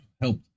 helped